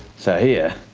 so here